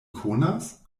konas